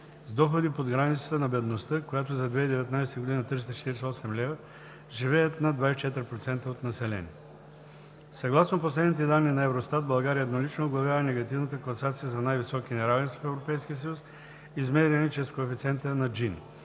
С доходи под границата на бедността, която за 2019 г. е 348 лв., живеят над 24% от населението. Съгласно последните данни на Евростат България еднолично оглавява негативната класация за най-високи неравенства в Европейския съюз, измерени чрез коефициента на Джини.